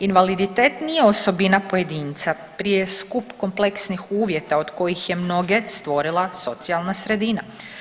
Invaliditet nije osobina pojedinca, prije skup kompleksnih uvjeta od kojih je mnoge stvorila socijalna sredina.